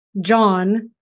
John